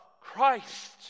Christ